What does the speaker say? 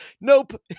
Nope